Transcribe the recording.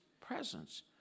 presence